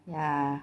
ya